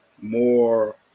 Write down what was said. more